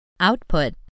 Output